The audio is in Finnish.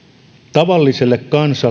tavalliselle